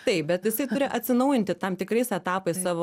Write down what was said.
taip bet jisai turi atsinaujinti tam tikrais etapais